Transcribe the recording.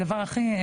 המרכזי.